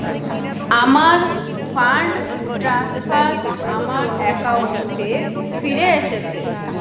আমার fund transfer আমার অ্যাকাউন্টে ফিরে এসেছে